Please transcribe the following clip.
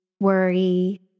worry